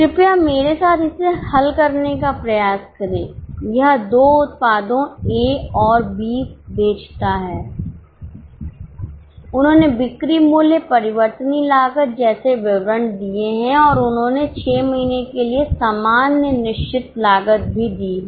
कृपया मेरे साथ इसे हल करने का प्रयास करें यह दो उत्पादों ए और बी बेचता है उन्होंने बिक्री मूल्य परिवर्तनीय लागत जैसे विवरण दिए हैं और उन्होंने 6 महीने के लिए सामान्य निश्चित लागत भी दी है